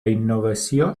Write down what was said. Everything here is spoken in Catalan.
innovació